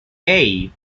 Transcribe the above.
hey